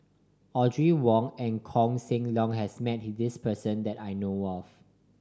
Audrey Wong and Koh Seng Leong has met this person that I know of